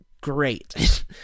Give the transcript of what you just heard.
great